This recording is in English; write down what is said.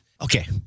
Okay